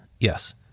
Yes